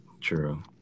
True